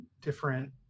different